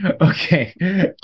Okay